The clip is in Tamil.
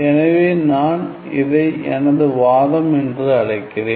எனவே நான் இதை எனது வாதம் என்று அழைக்கிறேன்